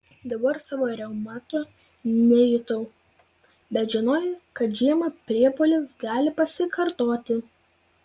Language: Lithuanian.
dabar savo reumato nejutau bet žinojau kad žiemą priepuolis gali pasikartoti